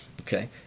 Okay